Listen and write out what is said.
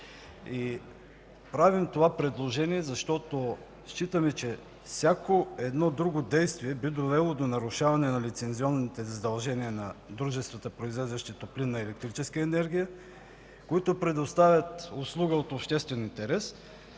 Правим това предложение, защото считаме, че всяко друго действие би довело до нарушаване на лицензионните задължения на дружествата, произвеждащи топлинна и електрическа енергия, които предоставят услуга от обществен интерес